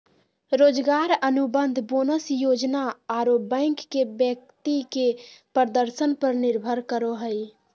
रोजगार अनुबंध, बोनस योजना आरो बैंक के व्यक्ति के प्रदर्शन पर निर्भर करो हइ